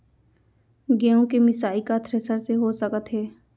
गेहूँ के मिसाई का थ्रेसर से हो सकत हे?